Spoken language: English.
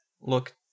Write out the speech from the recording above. look